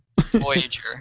Voyager